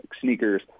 sneakers